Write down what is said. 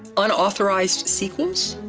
unauthorized sequels,